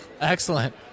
Excellent